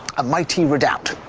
a mighty redoubt.